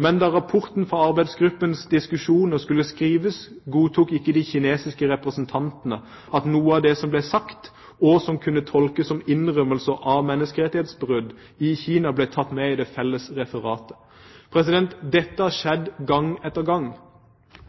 Da rapporten fra en arbeidsgruppes diskusjoner skulle skrives, godtok ikke de kinesiske representantene at noe av det som ble sagt, og som kunne tolkes som innrømmelser av menneskerettighetsbrudd i Kina, ble tatt med i det felles referatet. Dette har skjedd gang etter gang.